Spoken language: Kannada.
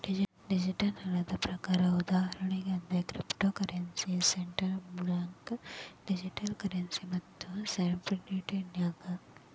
ಡಿಜಿಟಲ್ ಹಣದ ಪ್ರಕಾರ ಉದಾಹರಣಿ ಅಂದ್ರ cryptocurrency, central bank digital currency ಮತ್ತ ಸ್ಟೇಬಲ್ಕಾಯಿನ್ಗಳ